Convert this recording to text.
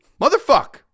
motherfuck